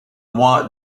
mois